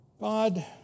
God